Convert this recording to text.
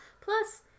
Plus